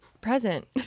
Present